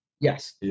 Yes